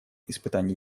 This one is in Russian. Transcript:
испытаний